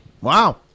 Wow